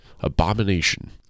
abomination